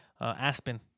Aspen